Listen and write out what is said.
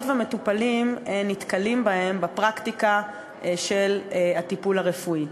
ומטופלים נתקלים בהן בפרקטיקה של הטיפול הרפואי.